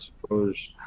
suppose